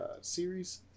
series